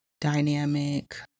dynamic